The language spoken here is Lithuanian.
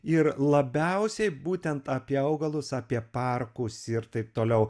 ir labiausiai būtent apie augalus apie parkus ir taip toliau